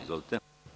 Izvolite.